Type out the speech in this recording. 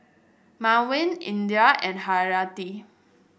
Mawar Indra and Haryati